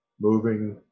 moving